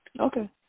Okay